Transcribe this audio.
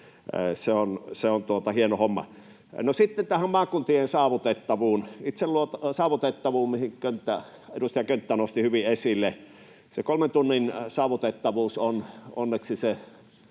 Se on hieno homma. No, sitten tähän maakuntien saavutettavuuteen, minkä edustaja Könttä nosti hyvin esille: se kolmen tunnin saavutettavuus on onneksi se